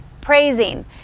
praising